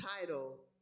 title